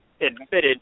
admitted